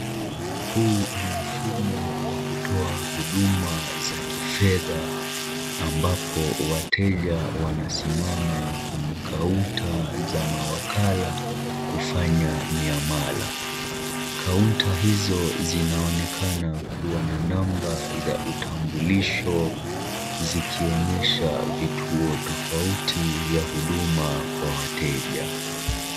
Huu ni mfumo wa kutoa huduma za kifedha ambapo wateja wanasimama kwenye kaunta za mawakala kufanya miamala, kaunta hizo zinaonekana kuwa na namba za utambulisho zikionyesha vituo tafauti vya huduma Kwa wateja